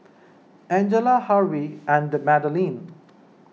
Angella Harvey and Madaline